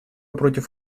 против